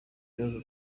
ibibazo